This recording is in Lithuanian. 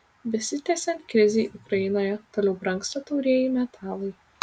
besitęsiant krizei ukrainoje toliau brangsta taurieji metalai